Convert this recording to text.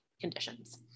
conditions